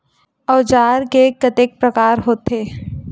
औजार के कतेक प्रकार होथे?